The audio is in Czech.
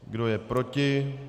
Kdo je proti?